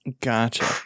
Gotcha